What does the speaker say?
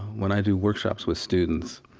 when i do workshops with students,